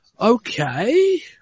Okay